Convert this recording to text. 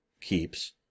keeps